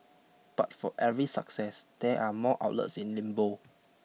but for every success there are more outlets in limbo